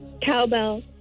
Cowbell